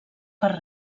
per